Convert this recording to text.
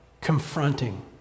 confronting